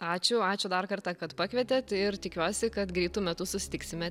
ačiū ačiū dar kartą kad pakvietėt ir tikiuosi kad greitu metu susitiksime